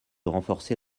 renforcer